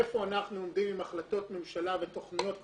איפה אנחנו עומדים עם ההחלטות מממשלה והתוכניות,